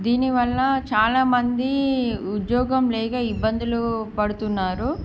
దీనివల్ల చాలామంది ఉద్యోగం లేక ఇబ్బందులు పడుతున్నారు